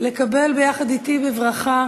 לקבל ביחד אתי בברכה